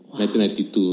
1992